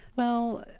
well,